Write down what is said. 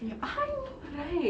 yup I know right